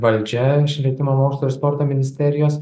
valdžia švietimo mokslo ir sporto ministerijos